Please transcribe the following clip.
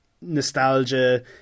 nostalgia